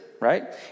Right